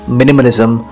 minimalism